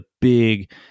big